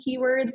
keywords